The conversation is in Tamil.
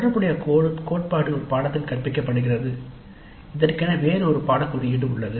தொடர்புடைய கோட்பாடு ஒரு பாடநெறியில் கற்பிக்கப்படுகிறது இதற்கென வேறு ஒரு பாடநெறிக் குறியீடு உள்ளது